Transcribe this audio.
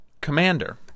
commander